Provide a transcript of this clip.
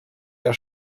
der